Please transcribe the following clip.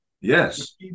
Yes